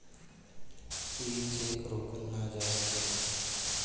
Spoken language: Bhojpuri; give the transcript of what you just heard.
ई चेक रोकल ना जा सकेला